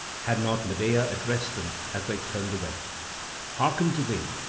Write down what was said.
had not medea addressed them as they turned away hearken to me.